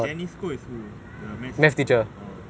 janice koh is who the math teacher orh